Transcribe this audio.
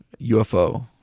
UFO